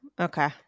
okay